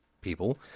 people